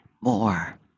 more